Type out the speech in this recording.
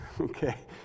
Okay